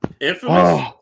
Infamous